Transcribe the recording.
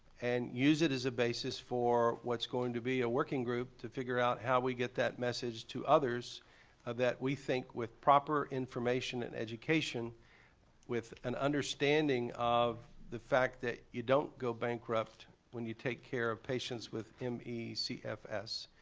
and use it as a basis for what's going to be a working group to figure out how we get that message to others that we think with proper information and education with an understanding of the fact that you done go bankrupt when you take care of patients with me cfs.